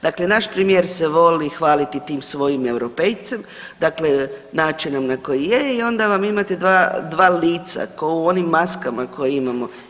Dakle, naš premijer se voli hvaliti tim svojim europejcem, dakle načinom na koji je i onda imate dva lica kao u onim maskama koje imamo.